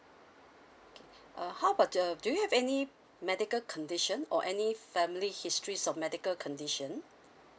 okay uh how about the do you have any medical condition or any family histories of medical condition